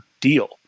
deal